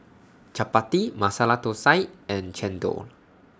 Chappati Masala Thosai and Chendol